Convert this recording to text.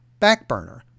Backburner